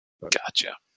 Gotcha